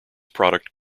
product